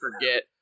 forget